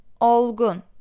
olgun